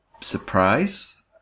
surprise